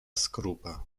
skorupa